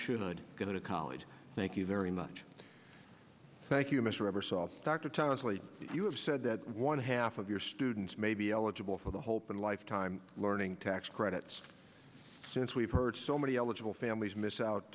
should go to college thank you very much thank you mr ever soft dr tirelessly you have said that one half of your students may be eligible for the hope and lifetime learning tax credits since we've heard so many eligible families miss out